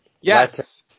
Yes